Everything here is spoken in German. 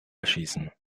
erschießen